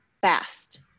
fast